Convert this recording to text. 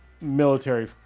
military